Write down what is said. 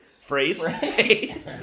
phrase